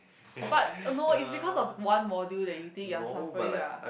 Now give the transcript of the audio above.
but uh no it's because of one module that you think you are suffering ah